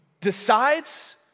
decides